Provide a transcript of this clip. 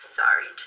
sorry